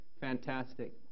Fantastic